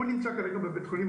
הוא נמצא כרגע עדיין בבית חולים,